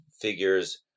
figures